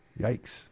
Yikes